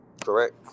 Correct